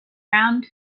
round